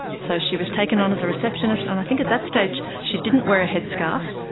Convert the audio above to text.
so she was taken on as a receptionist, and i think at that stage she didn't wear headscarf,